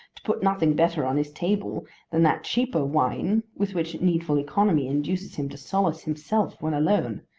to put nothing better on his table than that cheaper wine with which needful economy induces him to solace himself when alone.